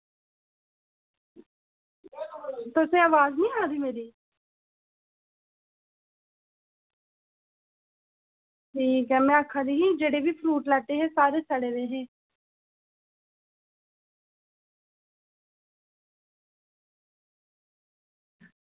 तुसें ई आवाज़ निं आवा दी मेरी ठीक ऐ में आक्खा दी ही जेह्ड़े बी फ्रूट लैते हे सारे सड़े दे